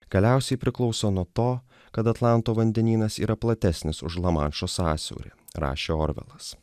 galiausiai priklauso nuo to kad atlanto vandenynas yra platesnis už lamanšo sąsiaurį rašė orvelas